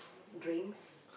drinks